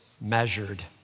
measured